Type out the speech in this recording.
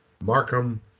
Markham